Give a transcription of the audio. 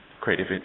creative